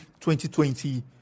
2020